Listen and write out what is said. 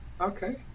Okay